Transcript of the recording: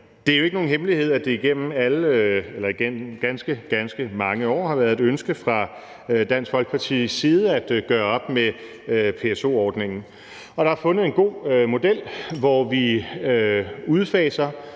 Det er jo ikke nogen hemmelighed, at det igennem ganske, ganske mange år har været et ønske fra Dansk Folkepartis side at gøre op med PSO-ordningen. Der er fundet en god model, hvor vi udfaser